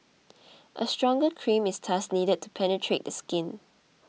a stronger cream is thus needed to penetrate the skin